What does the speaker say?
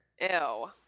ew